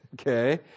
okay